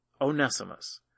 onesimus